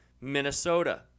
Minnesota